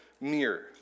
mirror